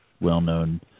well-known